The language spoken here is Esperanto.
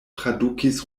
tradukis